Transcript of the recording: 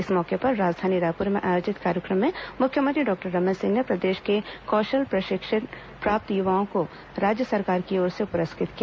इस मौके पर राजधानी रायपुर में आयोजित कार्यक्रम में मुख्यमंत्री डॉक्टर रमन सिंह ने प्रदेश के कौशल प्रशिक्षण प्राप्त युवाओं को राज्य सरकार की ओर से पुरस्कृत किया